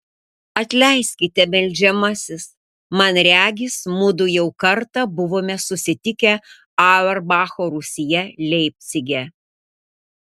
atleiskite meldžiamasis man regis mudu jau kartą buvome susitikę auerbacho rūsyje leipcige